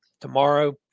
tomorrow